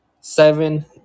Seven